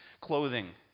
clothing